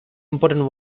important